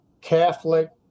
Catholic